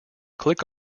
click